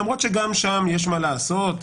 למרות שגם שם יש מה לעשות,